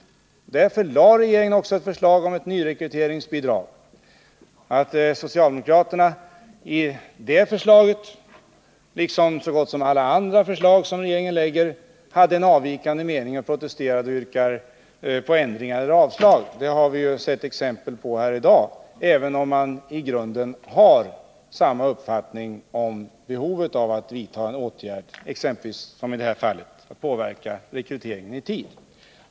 Därför lade regeringen fram ett förslag om ett nyrekryteringsbidrag. Att socialdemokraterna inte bara beträffande det här förslaget, utan när det gäller så gott som alla andra förslag som regeringen lägger fram, har en avvikande mening och yrkar på ändringar eller avslag har vi ju sett exempel på här i dag, även om de i grunden har samma uppfattning om behovet av att vidta åtgärder, exempelvis som i det här fallet då det gäller att påverka rekryteringen i tid.